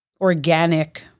organic